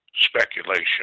speculation